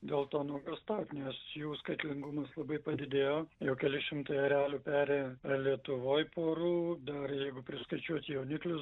dėl to nuogąstaut nes jų skaitlingumas labai padidėjo jau keli šimtai erelių peri lietuvoj porų dar jeigu priskaičiuot jauniklius